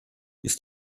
ist